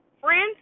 friends